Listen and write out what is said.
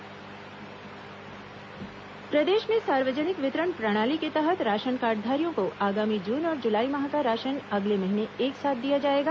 PDS ration प्रदेश में सार्वजनिक वितरण प्रणाली के तहत राशनकार्डधारियों को आगामी जून और जुलाई माह का राशन अगले महीने एक साथ दिया जाएगा